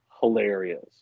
hilarious